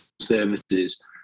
services